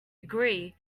agree